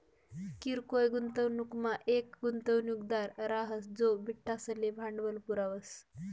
किरकोय गुंतवणूकमा येक गुंतवणूकदार राहस जो बठ्ठासले भांडवल पुरावस